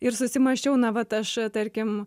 ir susimąsčiau na vat aš tarkim